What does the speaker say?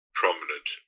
prominent